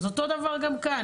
אותו הדבר גם כאן,